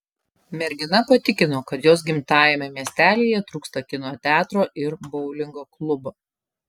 mergina patikino kad jos gimtajame miestelyje trūksta kino teatro ir boulingo klubo